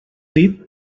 dit